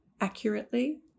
accurately